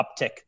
uptick